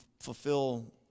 fulfill